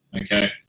okay